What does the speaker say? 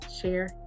share